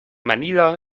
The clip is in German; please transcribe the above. manila